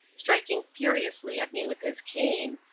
striking furiously at me with his cane,